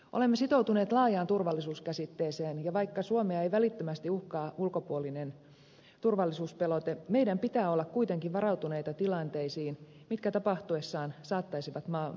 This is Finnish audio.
olemme sitoutuneet laajaan turvallisuuskäsitteeseen ja vaikka suomea ei välittömästi uhkaa ulkopuolinen turvallisuuspelote meidän pitää olla kuitenkin varautuneita tilanteisiin jotka tapahtuessaan saattaisivat maamme kriisitilanteeseen